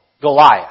Goliath